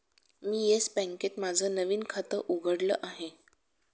मी Yes बँकेत माझं नवीन खातं उघडलं आहे